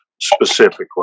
specifically